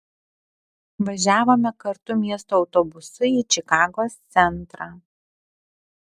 važiavome kartu miesto autobusu į čikagos centrą